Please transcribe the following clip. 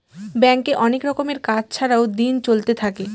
ব্যাঙ্কে অনেক রকমের কাজ ছাড়াও দিন চলতে থাকে